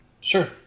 Sure